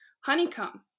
honeycomb